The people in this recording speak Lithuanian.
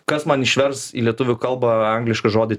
kas man išvers į lietuvių kalbą anglišką žodį